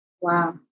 Wow